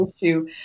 issue